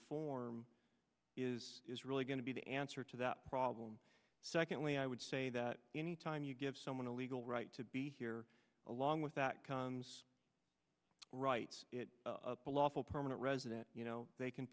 form is is really going to be the answer to that problem secondly i would say that anytime you give someone a legal right to be here along with that comes right up a lawful permanent resident you know they can